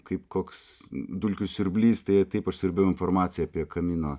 kaip koks dulkių siurblys tai taip aš siurbiau informaciją apie camino